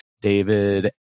David